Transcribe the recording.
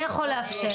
מי יכול לאפשר?